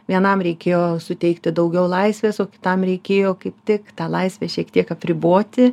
vienam reikėjo suteikti daugiau laisvės o tam reikėjo kaip tik tą laisvę šiek tiek apriboti